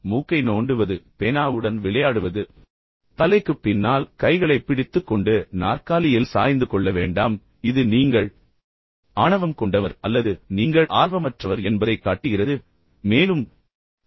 மூக்கை நோண்டுவது பேனாவுடன் விளையாடுவது நான் ஏற்கனவே உங்களுக்குச் சொன்னேன் தலைக்குப் பின்னால் கைகளைப் பிடித்துக் கொண்டு நாற்காலியில் சாய்ந்து கொள்ள வேண்டாம் இது நீங்கள் ஆணவம் கொண்டவர் அல்லது நீங்கள் ஆர்வமற்றவர் என்பதைக் காட்டுகிறது மேலும் நீங்கள் மிகவும் ஆக்ரோஷமானவர் என்பதையும் இது காட்டும்